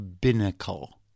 binnacle